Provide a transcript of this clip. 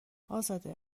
ازاده